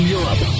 Europe